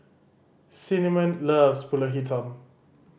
Cinnamon loves Pulut Hitam